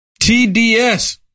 TDS